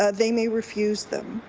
ah they may refuse them.